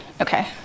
Okay